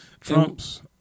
Trump's